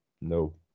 No